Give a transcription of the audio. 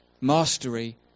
Mastery